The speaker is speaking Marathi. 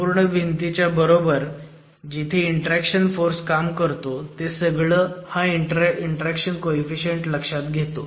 संपूर्ण भिंतीच्या बरोबर जिथे इंटरॅक्शन फोर्स काम करतो ते सगळं हा इंटरॅक्शन कोईफिशीयंट लक्षात घेतो